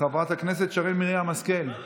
חברת הכנסת שרן מרים השכל,